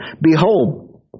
Behold